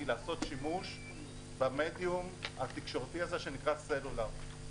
לעשות שימוש במדיום התקשורתי הזה שנקרא סלולר.